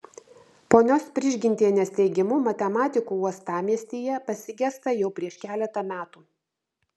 ponios prižgintienės teigimu matematikų uostamiestyje pasigesta jau prieš keletą metų